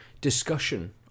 discussion